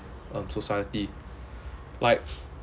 um society like